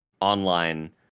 online